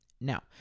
Now